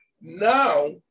now